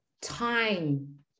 Time